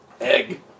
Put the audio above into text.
Egg